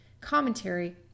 commentary